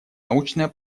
научное